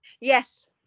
Yes